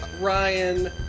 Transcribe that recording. Ryan